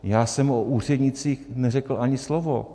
Já jsem o úřednících neřekl ani slovo.